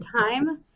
time